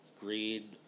Green